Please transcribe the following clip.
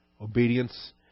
Obedience